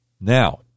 Now